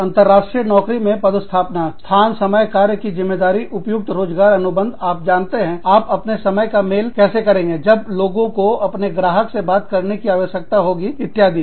अंतरराष्ट्रीय नौकरी में पद स्थापना स्थान समय कार्य की ज़िम्मेदारी उपयुक्त रोज़गार अनुबंध आप जानते हैं आप अपने समय का कैसे मेल करेंगे जब लोगों को अपने ग्राहकों से बात करने की आवश्यकता होगी इत्यादि